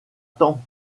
t’en